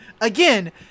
again